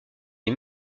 les